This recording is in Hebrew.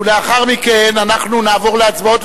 ולאחר מכן אנחנו נעבור להצבעות,